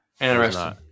Interesting